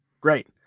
Great